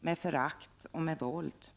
med förakt och våld.